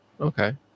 Okay